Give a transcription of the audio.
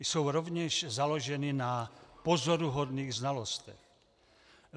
Jsou rovněž založeny na pozoruhodných znalostech.